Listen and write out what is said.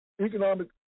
economic